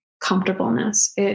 comfortableness